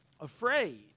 afraid